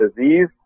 disease